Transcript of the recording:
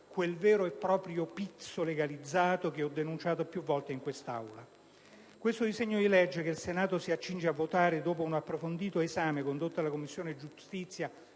quel vero e proprio pizzo legalizzato che ho denunciato più volte in quest'Aula. Questo disegno di legge, che il Senato si accinge a votare dopo un approfondito esame condotto dalla Commissione giustizia